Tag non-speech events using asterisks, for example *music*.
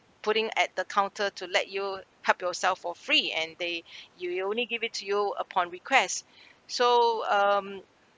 putting at the counter to let you help yourself for free and they *breath* you will only give it to you upon request so um